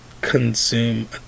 consume